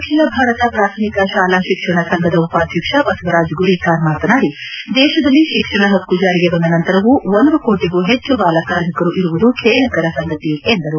ಅಖಿಲ ಭಾರತ ಪ್ರಾಥಮಿಕ ಶಾಲಾ ಶಿಕ್ಷಣ ಸಂಘದ ಉಪಾಧ್ಯಕ್ಷ ಬಸವರಾಜ್ ಗುರಿಕಾರ್ ಮಾತನಾಡಿ ದೇಶದಲ್ಲಿ ಶಿಕ್ಷಣ ಹಕ್ಕು ಜಾರಿಗೆ ಬಂದ ನಂತರವೂ ಒಂದು ಕೋಟಿಗೂ ಹೆಚ್ಚು ಬಾಲಕಾರ್ಮಿಕರು ಇರುವುದು ಖೇದಕರ ಸಂಗತಿ ಎಂದರು